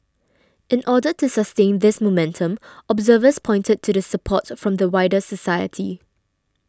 in order to sustain this momentum observers pointed to the support from the wider society